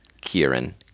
Kieran